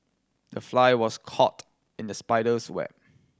the fly was caught in the spider's web